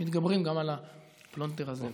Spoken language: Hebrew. מתגברים גם על הפלונטר הזה.